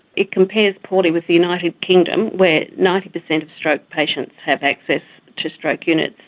it compares poorly with the united kingdom where ninety percent of stroke patients have access to stroke units,